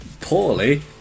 Poorly